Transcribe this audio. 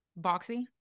boxy